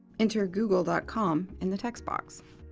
enter google dot com in the text box.